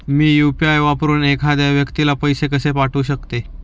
मी UPI वापरून एखाद्या व्यक्तीला पैसे कसे पाठवू शकते?